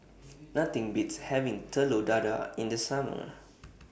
Nothing Beats having Telur Dadah in The Summer